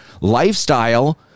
lifestyle